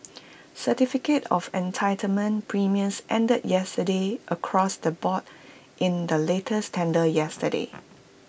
certificate of entitlement premiums ended yesterday across the board in the latest tender yesterday